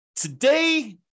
Today